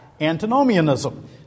antinomianism